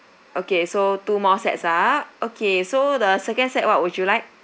okay so two more sets ah okay so the second set what would you like